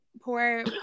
poor